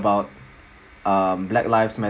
about uh black lives